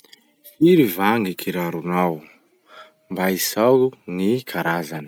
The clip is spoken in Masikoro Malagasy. Firy va gny kiraronao? Mba isaho gny karazany.